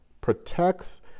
protects